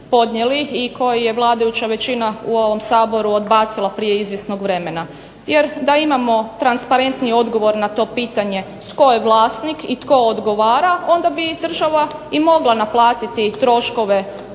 i koji je vladajuća većina u ovom Saboru odbacila prije izvjesnog vremena. Jer da imamo transparentniji odgovor na to pitanje tko je vlasnik i tko odgovara onda bi država i mogla naplatiti troškove